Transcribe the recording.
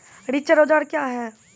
रिचर औजार क्या हैं?